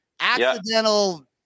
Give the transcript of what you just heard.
Accidental